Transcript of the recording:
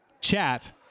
chat